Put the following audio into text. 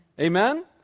Amen